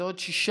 זה עוד שישה.